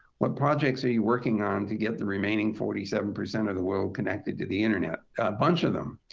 what projects are you working on to get the remaining forty seven percent of the world connected to the internet? a bunch of them.